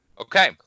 Okay